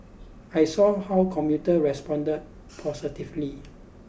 I saw how commuters responded positively